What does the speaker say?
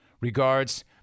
Regards